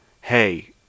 hey